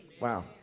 Wow